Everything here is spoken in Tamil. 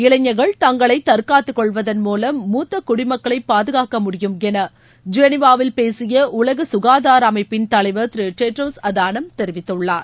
இளைஞர்கள் தங்களைதற்காத்துகொள்வதன் மூலம் மூத்தகுடிமக்களைபாதுகாக்க முடியும் எனஜெனிவாவில் பேசியஉலகசுகாதாரஅமைப்பின் தலைவர் திருடெட்ரோஸ் அதானம் தெரிவித்துள்ளார்